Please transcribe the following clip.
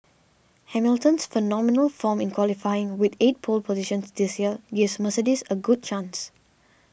Hamilton's phenomenal form in qualifying with eight pole positions this year gives Mercedes a good chance